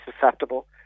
susceptible